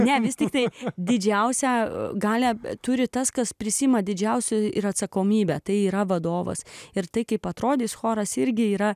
ne vis tiktai didžiausią galią turi tas kas prisiima didžiausią atsakomybę tai yra vadovas ir tai kaip atrodys choras irgi yra